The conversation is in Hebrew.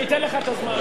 אני אתן לך את הזמן.